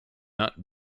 not